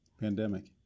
pandemic